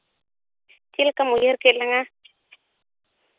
ᱪᱮᱫ ᱞᱮᱠᱟᱢ ᱩᱭᱦᱟᱹᱨ ᱠᱮᱜ ᱞᱟᱝᱼᱟ